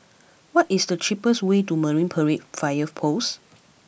what is the cheapest way to Marine Parade Fire Post